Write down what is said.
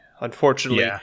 Unfortunately